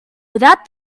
without